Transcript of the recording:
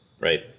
right